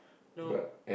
you know